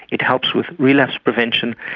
it helps with relapse prevention,